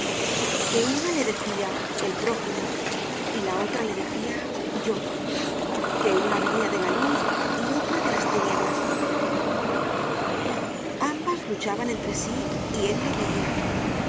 que una le decia el prójimo y la otra le decia yo que una venia de la luz y otra de las tinieblas ambas luchaban entre sí y él lo veia